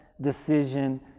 decision